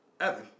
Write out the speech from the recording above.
Evan